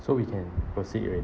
so we can proceed already ah